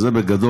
זה בגדול.